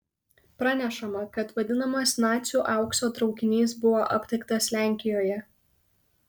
pranešama kad vadinamas nacių aukso traukinys buvo aptiktas lenkijoje